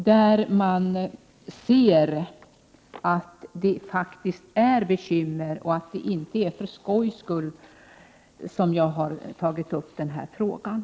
Därav framgår att det faktiskt finns bekymmer. Jag har inte tagit upp den här frågan för skojs skull.